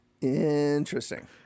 Interesting